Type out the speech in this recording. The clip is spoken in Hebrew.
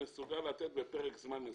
הוא מסוגל לתת מענה בפרק זמן מסוים,